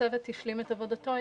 הצוות השלים את עבודתו,